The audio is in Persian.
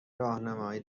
راهنمایی